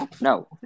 No